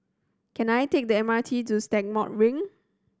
can I take the M R T to Stagmont Ring